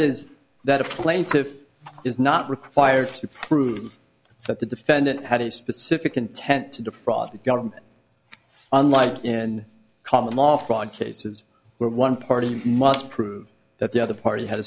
is that a plaintiff is not required to prove that the defendant had a specific intent to defraud the government unlike in common law fraud cases where one party must prove that the other party had a